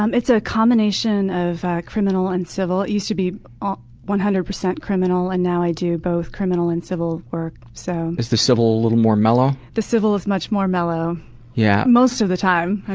um it's a combination of criminal and civil. it used to be one hundred percent criminal, and now i do both criminal and civil work. so is the civil a little more mellow? the civil is much more mellow yeah most of the time.